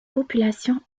populations